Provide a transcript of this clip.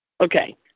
Okay